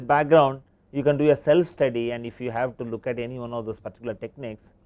background you can do a self study and if you have to look at any one of the particular techniques,